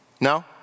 No